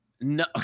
No